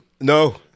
No